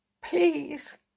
Please